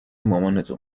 مامانتو